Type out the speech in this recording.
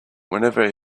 whenever